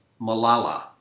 Malala